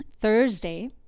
Thursday